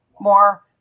more